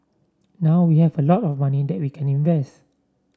now we have a lot of money that we can invest